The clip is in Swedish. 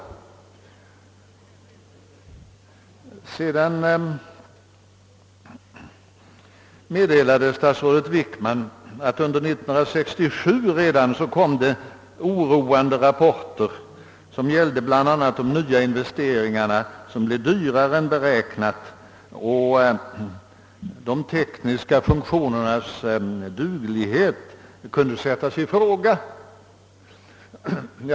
Statsrådet Wickman talade om att det redan under 1967 kom oroande rapporter som gällde bl.a. de nya investeringarna som blev dyrare än beräknat, och de tekniska anläggningarnas funktionsduglighet som kunde sättas i fråga.